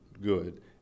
good